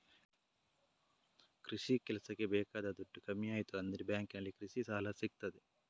ಕೃಷಿ ಕೆಲಸಕ್ಕೆ ಬೇಕಾದ ದುಡ್ಡು ಕಮ್ಮಿ ಆಯ್ತು ಅಂದ್ರೆ ಬ್ಯಾಂಕಿನಲ್ಲಿ ಕೃಷಿ ಸಾಲ ಸಿಗ್ತದೆ